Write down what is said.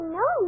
no